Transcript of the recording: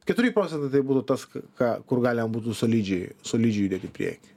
keturi procentai tai būtų tas ką kur galima būtų solidžiai solidžiai judėti į priekį